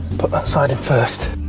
put that side in first,